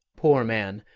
poor man!